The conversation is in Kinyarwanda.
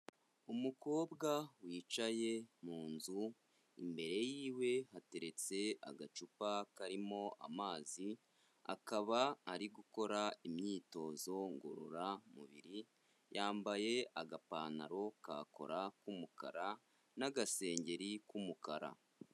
Umukobwa wicaye mu nzu imbere yiwe, hateretse agacupa karimo amazi, akaba ari gukora imyitozo ngororamubiri, yambaye agapantaro ka cora k'umukara n'agasengeri k'umukara.